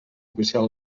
oficial